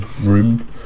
Room